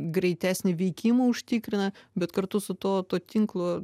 greitesnį veikimą užtikrina bet kartu su tuo to tinklo